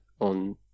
on